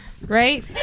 right